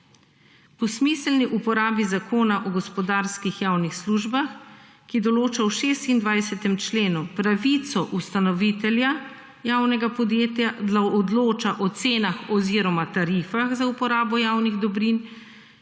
Po smiselni uporabi Zakona o gospodarskih javnih službah, ki določa v 26. členu pravico ustanovitelja javnega podjetja, odloča o cenah oziroma tarifah za uporabo javnih dobrin,